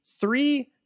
three